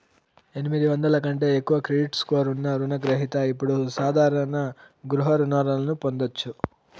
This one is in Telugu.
ఎనిమిది వందల కంటే ఎక్కువ క్రెడిట్ స్కోర్ ఉన్న రుణ గ్రహిత ఇప్పుడు సాధారణ గృహ రుణాలను పొందొచ్చు